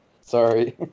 sorry